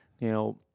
Now